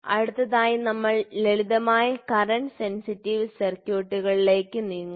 അടുത്തതായി നമ്മൾ ലളിതമായ കറന്റ് സെൻസിറ്റീവ് സർക്യൂട്ടുകളിലേക്ക് നീങ്ങും